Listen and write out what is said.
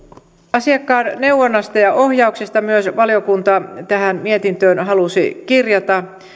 asiakkaan neuvonnasta ja ohjauksesta myös valiokunta tähän mietintöön halusi kirjata